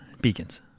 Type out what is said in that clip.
Beacons